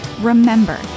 Remember